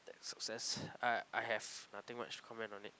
that success I I have nothing much to comment on it